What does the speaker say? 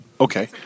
Okay